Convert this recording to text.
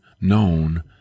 known